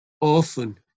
often